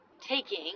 taking